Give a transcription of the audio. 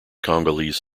congolese